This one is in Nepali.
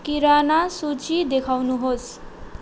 किराना सूची देखाउनुहोस्